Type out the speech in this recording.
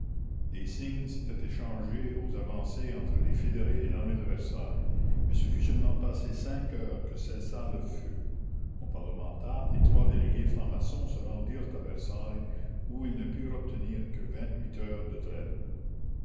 des signes s'étaient échangés aux avancées entre les fédérés et l'armée de versailles mais ce fut seulement passé cinq heures que cessa le feu on parlementa et trois délégués francs-maçons se rendirent à versailles où ils ne purent obtenir que vingt-huit heures de trêve